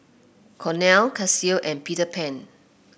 Cornell Casio and Peter Pan